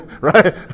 right